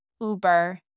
Uber